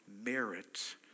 merit